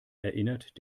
erinnert